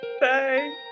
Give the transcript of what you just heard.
bye